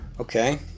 Okay